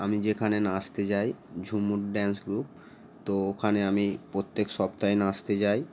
আমি যেখানে নাচতে যাই ঝুমুর ড্যান্স গ্রুপ তো ওখানে আমি প্রত্যেক সপ্তাহে নাচতে যাই